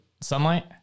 sunlight